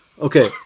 Okay